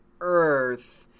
Earth